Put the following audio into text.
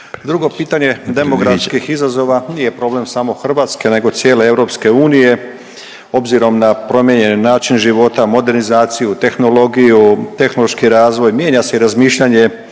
Drugo čitanje demografskih izazova, nije problem samo Hrvatske nego cijele EU obzirom na promijenjen način života, modernizaciju, tehnologiju, tehnološki razvoj. Mijenja se i razmišljanje